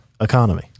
economy